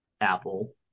apple